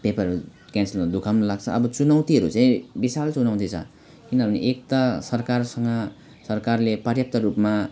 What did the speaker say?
पेपरहरू क्यान्सल हुँदा दुख पनि लाग्छ अब चुनौतीहरू चाहिँ विशाल चुनौती छ किनभने एक त सरकारसँग सरकारले पर्याप्त रूपमा